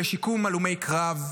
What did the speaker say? לשיקום הלומי קרב?